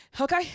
Okay